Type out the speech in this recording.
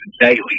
daily